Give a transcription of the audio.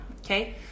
okay